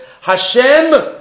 Hashem